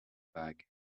bag